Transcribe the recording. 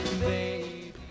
baby